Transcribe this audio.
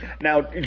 Now